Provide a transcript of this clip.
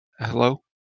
hello